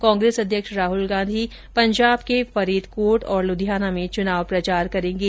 कांग्रेस अध्यक्ष राहल गांधी पंजाब के फरीदकोट और लुधियाना में चुनाव प्रचार करेंगे